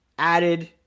Added